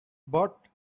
but